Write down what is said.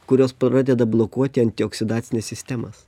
kurios pradeda blokuoti antioksidacines sistemas